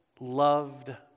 loved